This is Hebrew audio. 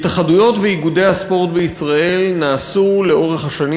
התאחדויות ואיגודי הספורט בישראל נעשו לאורך השנים